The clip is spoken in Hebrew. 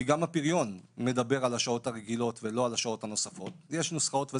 כי גם הפריון מדבר על השעות הרגילות ולא על השעות הנוספות יש נוסחאות,